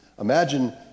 imagine